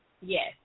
yes